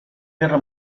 guerra